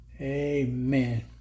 Amen